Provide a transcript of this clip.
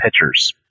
pitchers